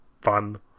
fun